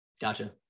Gotcha